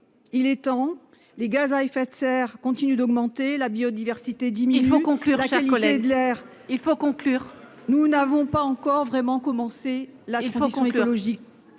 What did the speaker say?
il est temps, les gaz à effet de serre continuent d'augmenter la biodiversité 10 mais il faut conclure chers collègue il faut conclure, nous n'avons pas encore vraiment commencé la dimension écologique.